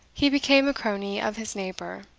he became a crony of his neighbour,